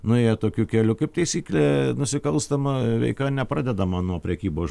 nuėję tokiu keliu kaip taisyklė nusikalstama veika nepradedama nuo prekybos